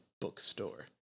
bookstore